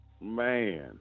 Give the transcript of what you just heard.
Man